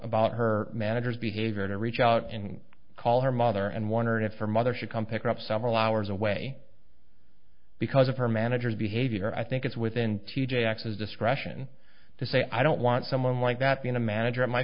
about her manager's behavior to reach out and call her mother and wonder if her mother should come pick up several hours away because of her manager's behavior i think it's within t j axes discretion to say i don't want someone like that being a manager at my